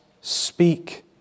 speak